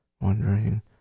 wondering